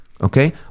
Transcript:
okay